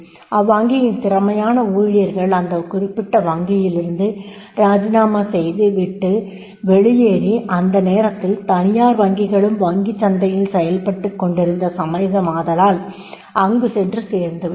அவ்வங்கியின் திறமையான ஊழியர்கள் இந்த குறிப்பிட்ட வங்கியில் இருந்து ராஜினாமா செய்து விட்டு வெளியேறி அந்த நேரத்தில் தனியார் வங்கிகளும் வங்கிச் சந்தையில் செயல்பட்டுக் கொண்டிருந்த சமயமாதலால் அங்கு சென்று சேர்ந்துவிட்டனர்